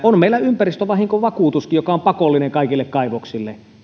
on meillä ympäristövahinkovakuutuskin joka on pakollinen kaikille kaivoksille